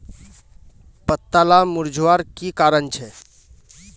पत्ताला मुरझ्वार की कारण छे?